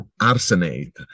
arsenate